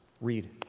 Read